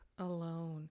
alone